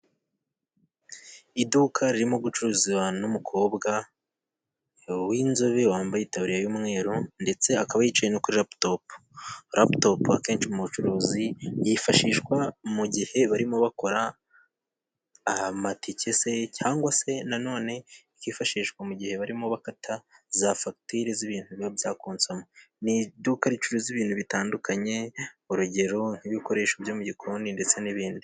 Iduka ririmo gucururiza ahantu n'umukobwa w'inzobe wambaye itaburiya y'umweru ndetse akaba yicaye no kuri laputopu. Laputopu akenshi mu bucuruzi yifashishwa mu gihe barimo bakora amatike se, cyangwa se na none ikifashishwa mu gihe barimo bakata za fagiture z'ibintu biba bya konsomwe .Ni iduka ricuruza ibintu bitandukanye. urugero, nk'ibikoresho byo mu gikoni ndetse n'ibindi.